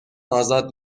آزاد